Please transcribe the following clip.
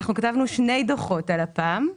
אנחנו כתבנו שני דוחות על לפ"מ.